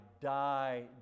die